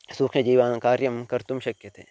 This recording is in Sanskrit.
सूक्ष्णजीवाः कार्यं कर्तुं शक्यन्ते